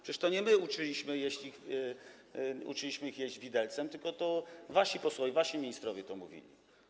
Przecież to nie my twierdziliśmy, że uczyliśmy ich jeść widelcem, tylko to wasi posłowie, wasi ministrowie to mówili.